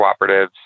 cooperatives